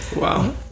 Wow